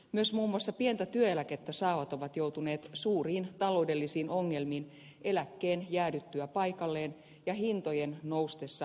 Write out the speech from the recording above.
myös muun muassa pientä työeläkettä saavat ovat joutuneet suuriin taloudellisiin ongelmiin eläkkeen jäädyttyä paikalleen ja hintojen noustessa hallitsemattomasti